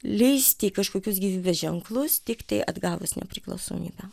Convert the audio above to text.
leisti kažkokius gyvybės ženklus tiktai atgavus nepriklausomybę